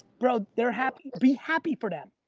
bro, they're happy, be happy for them.